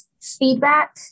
feedback